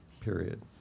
period